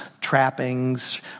trappings